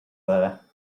there